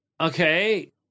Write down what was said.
okay